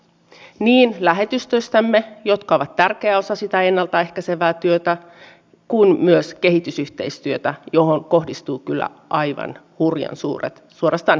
julkisuudesta ollaan saatu lukea huolestuttavia uutisia ja suunnitelmia tekesin alueellistamisesta ja tästä kysyinkin ministeriltä mutta en saanut vielä vastausta